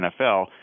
NFL